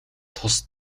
тус